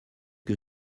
que